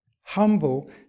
humble